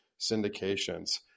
syndications